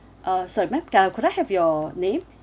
uh sorry ma'am ca~ could I have your name